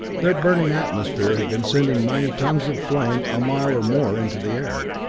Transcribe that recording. their burning atmosphere had been sending mighty tongues of flame a mile or more into the air.